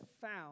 found